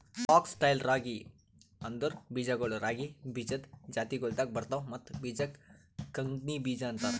fox tail ರಾಗಿ ಅಂದುರ್ ಬೀಜಗೊಳ್ ರಾಗಿ ಬೀಜದ್ ಜಾತಿಗೊಳ್ದಾಗ್ ಬರ್ತವ್ ಮತ್ತ ಬೀಜಕ್ ಕಂಗ್ನಿ ಬೀಜ ಅಂತಾರ್